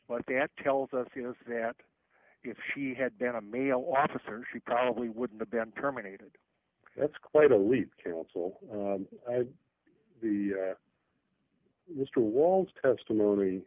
but that tells us you know that if she had been a male officer she probably wouldn't have been terminated that's quite a leap cancel the mr walls testimony